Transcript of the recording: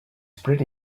pretty